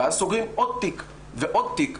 ואז סוגרים עוד תיק ועוד תיק,